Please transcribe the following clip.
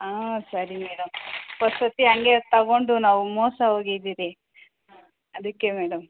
ಹಾಂ ಸರಿ ಮೇಡಮ್ ಓಂದ್ಸತಿ ಹಂಗೆ ತೊಗೊಂಡು ನಾವು ಮೋಸ ಹೋಗಿದಿರಿ ಅದಕ್ಕೆ ಮೇಡಮ್